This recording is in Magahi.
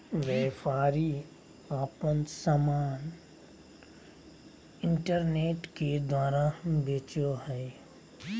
व्यापारी आपन समान इन्टरनेट के द्वारा बेचो हइ